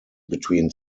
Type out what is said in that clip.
between